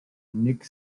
nick